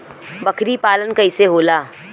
बकरी पालन कैसे होला?